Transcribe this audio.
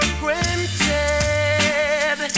granted